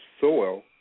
soil